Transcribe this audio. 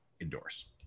endorse